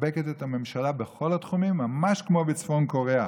מחבקת את הממשלה בכל התחומים ממש כמו בצפון קוריאה.